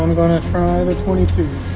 try the twenty two